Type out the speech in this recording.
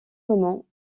moment